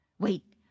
Wait